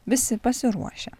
visi pasiruošę